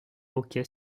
hockey